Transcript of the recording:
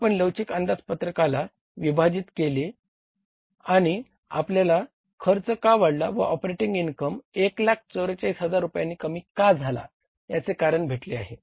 आपण लवचिक अंदाजपत्रकाला विभाजित केले आहे आणि आपल्याला खर्च का वाढला व ऑपरेटिंग इनकम 144000 रुपयांनी कमी का झाला याचे कारण भेटले आहे